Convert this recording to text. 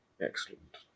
Excellent